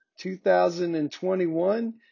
2021